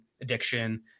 addiction